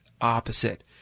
opposite